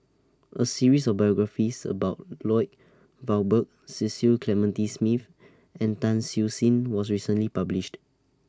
A series of biographies about Lloyd Valberg Cecil Clementi Smith and Tan Siew Sin was recently published